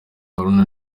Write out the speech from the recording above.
haruna